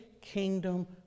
kingdom